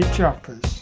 Choppers